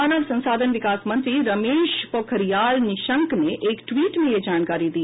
मानव संसाधन विकासमंत्री रमेश पोखरियाल निशंक ने एक ट्वीट में यह जानकारी दी